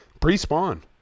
Pre-spawn